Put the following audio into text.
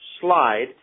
slide